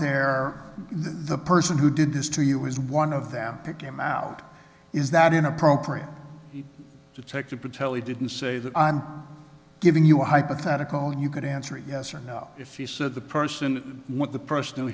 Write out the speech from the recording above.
there the person who did this to you is one of them picked him out is that inappropriate detective patel he didn't say that i'm giving you a hypothetical you could answer yes or no if he said the person what the p